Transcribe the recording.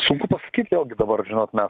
sunku pasakyt vėlgi dabar žinot mes